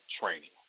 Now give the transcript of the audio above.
training